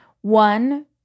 one